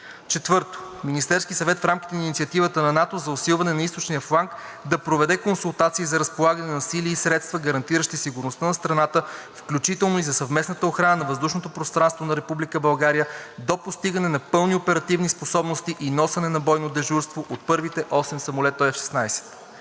4. Министерският съвет в рамките на Инициативата на НАТО за усилване на източния фланг да проведе консултации за разполагане на сили и средства, гарантиращи сигурността на страната, включително и за съвместната охрана на въздушното пространство на Република България, до постигане на пълни оперативни способности и носене на бойно дежурство от първите осем самолета F-16.